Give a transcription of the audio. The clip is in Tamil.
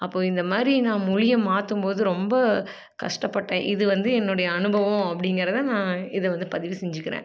அப்போது இந்த மாதிரி நான் மொழியை மாற்றும் போது ரொம்ப கஷ்டப்பட்டேன் இது வந்து என்னுடைய அனுபவம் அப்படிங்கிறத நான் இதை வந்து பதிவு செஞ்சுக்கிறேன்